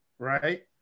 Right